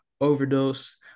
overdose